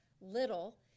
little